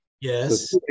Yes